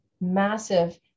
massive